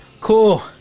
cool